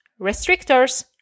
restrictors